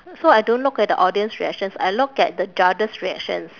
so I don't look at the audience reactions I look at the judges' reactions